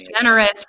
generous